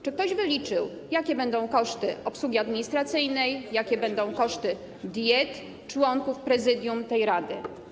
Czy ktoś wyliczył, jakie będą koszty obsługi administracyjnej, jakie będą koszty diet członków prezydium tej rady?